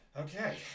okay